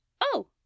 Oh